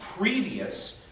previous